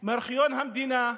מארכיון המדינה,